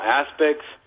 aspects